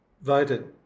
voted